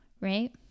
right